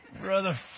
Brother